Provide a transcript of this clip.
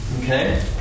Okay